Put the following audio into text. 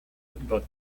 but